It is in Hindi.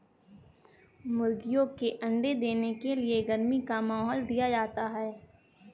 मुर्गियों के अंडे देने के लिए गर्मी का माहौल दिया जाता है